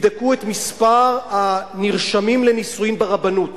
תבדקו את מספר הנרשמים לנישואין ברבנות